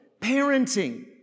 parenting